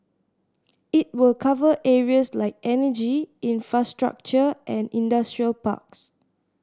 it will cover areas like energy infrastructure and industrial parks